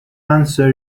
answer